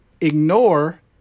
ignore